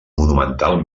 monumental